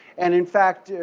and in fact,